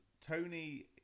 Tony